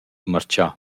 marchà